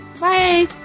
Bye